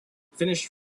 finish